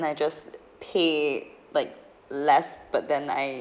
I just pay like less but then I